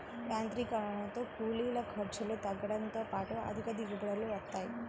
యాంత్రీకరణతో కూలీల ఖర్చులు తగ్గడంతో పాటు అధిక దిగుబడులు వస్తాయి